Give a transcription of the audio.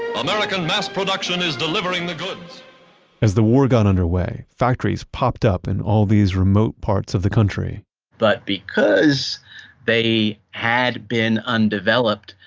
american mass production is delivering the goods as the war got underway, factories popped up in all these remote parts of the country but because they had been undeveloped,